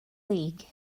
league